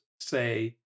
say